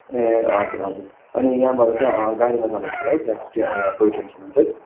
ए हजुर हजुर अनि यहाँबाट चाहिँ गाडीमा जानुपर्यो है त्यहाँ ट्रेन उयो टोई ट्रेनसम्म चाहिँ